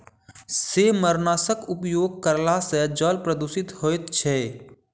सेमारनाशकक उपयोग करला सॅ जल प्रदूषण होइत छै